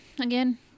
again